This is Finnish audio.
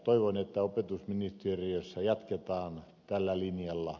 toivon että opetusministeriössä jatketaan tällä linjalla